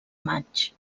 maig